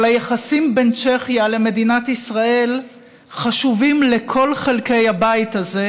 אבל היחסים בין צ'כיה למדינת ישראל חשובים לכל חלקי הבית הזה,